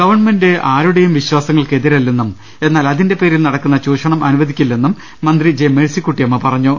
government ആരുടെയും വിശ്വാസങ്ങൾക്ക് എതിരല്ലെന്നും എന്നാൽ അതിന്റെ പേരിൽ നടക്കുന്ന ചൂഷണം അനുവദിക്കില്ലെന്നും മന്ത്രി മേഴ്സിക്കുട്ടിയമ്മ പറ ഞ്ഞു